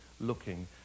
looking